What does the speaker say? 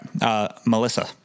Melissa